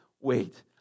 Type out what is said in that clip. wait